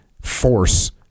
force